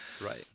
Right